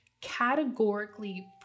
categorically